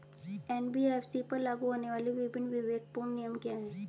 NBFC पर लागू होने वाले विभिन्न विवेकपूर्ण नियम क्या हैं?